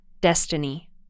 destiny